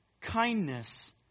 kindness